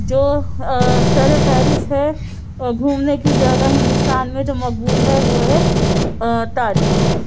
جو سر فہرست ہے گھومنے کی جگہ ہندوستان میں جو مقبول ہے وہ ہے تاج محل